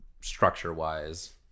structure-wise